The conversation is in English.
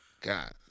God